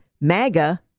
MAGA